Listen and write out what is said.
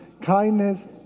kindness